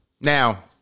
Now